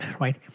right